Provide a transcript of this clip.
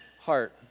heart